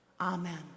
Amen